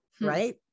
Right